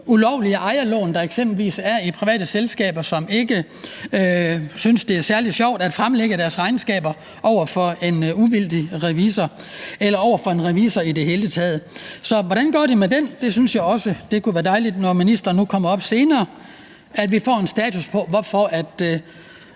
ulovlige ejerlån, der eksempelvis er i private selskaber, som ikke synes, det er særlig sjovt at fremlægge deres regnskaber over for en uvildig revisor eller over for en revisor i det hele taget. Så hvordan går det med det? Jeg synes, det kunne være dejligt, når ministeren nu kommer op senere, at vi også får en status på det og får at